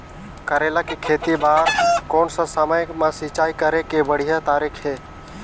करेला के खेती बार कोन सा समय मां सिंचाई करे के बढ़िया तारीक हे?